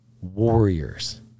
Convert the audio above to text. Warriors